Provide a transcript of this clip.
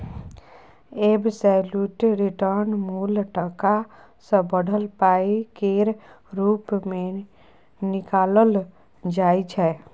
absolute return मुल टका सँ बढ़ल पाइ केर रुप मे निकालल जाइ छै